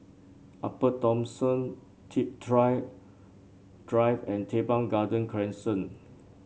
Upper Thomson Thrift Drive Drive and Teban Garden Crescent